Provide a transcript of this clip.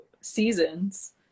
seasons